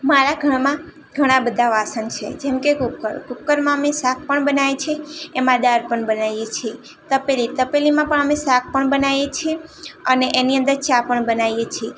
મારા ઘરમાં ઘણાં બધાં વાસણ છે જેમકે કુકર કૂકરમાં અમે શાક પણ બનાવીએ છીએ એમાં દાળ પણ બનાવીએ છીએ તપેલી તપેલીમાં પણ અમે શાક પણ બનાવીએ છીએ અને એની અંદર ચા પણ બનાવીએ છીએ